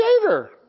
creator